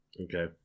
okay